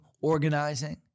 organizing